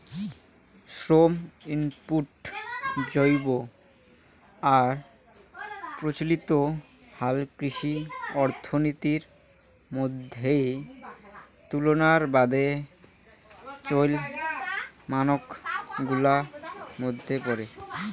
শ্রম ইনপুট জৈব আর প্রচলিত হালকৃষি অর্থনীতির মইধ্যে তুলনার বাদে চইল মানক গুলার মইধ্যে পরে